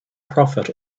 profit